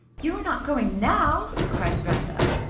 you are not going now? cried brenda.